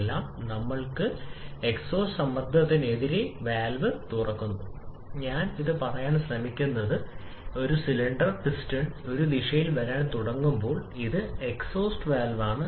ഞാൻ ആവർത്തിക്കുന്നു ഒരു സ്റ്റൈക്കിയോമെട്രിക് മിശ്രിതം ഇന്ധനത്തിന്റെയും വായുവിന്റെയും മിശ്രിതത്തെ സൂചിപ്പിക്കുന്നു കൃത്യമായി ഒരേ അളവിലുള്ള വായു അടങ്ങിയിരിക്കുന്നു ആ അളവിലുള്ള ഇന്ധനത്തിന്റെ പൂർണ്ണ ജ്വലനം